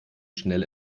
schnell